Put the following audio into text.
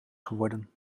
geworden